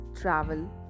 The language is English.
travel